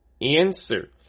answer